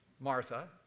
Martha